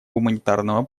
гуманитарного